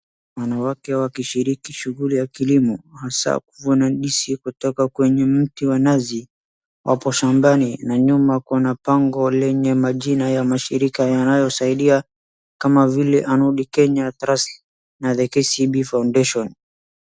Wanawake wakishiriki shughuli ya kilimo hasa kuvuna ndizi kutoka kwenye mti wa nazi. wapo shambani na nyuma kuna bango lenye majina ya mashirika yanayosaidia kama vile Ahadi Kenya Trust na The KCB Foundation.